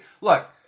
look